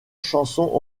chansons